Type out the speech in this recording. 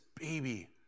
baby